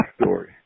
story